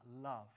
love